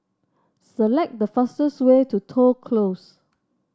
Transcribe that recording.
select the fastest way to Toh Close